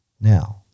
now